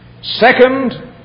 second